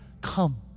come